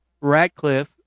Ratcliffe